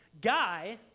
guy